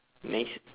next